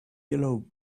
yellow